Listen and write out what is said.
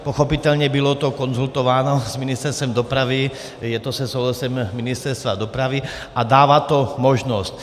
Pochopitelně to bylo konzultováno s Ministerstvem dopravy, je to se souhlasem Ministerstva dopravy a dává to možnost.